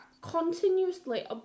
continuously